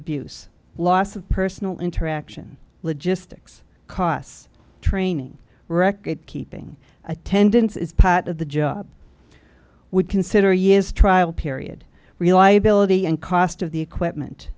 abuse loss of personal interaction logistics costs training record keeping attendance is part of the job would consider a year's trial period reliability and cost of the equipment